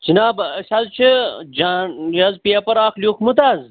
جِناب أسۍ حظ چھِ جان یہِ حظ پیپر اکھ لیوٗکھمُت حظ